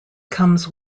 comes